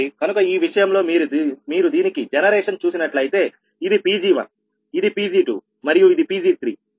కనుక ఈ విషయంలో మీరు దీనికి జనరేషన్ చూసినట్లయితే ఇది Pg1ఇది Pg2మరియు ఇది Pg3